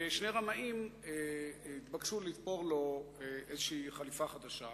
ושני רמאים התבקשו לתפור לו איזושהי חליפה חדשה: